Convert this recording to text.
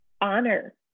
honor